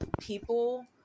people